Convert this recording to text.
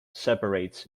separates